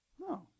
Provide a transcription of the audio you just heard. No